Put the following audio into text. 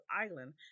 Island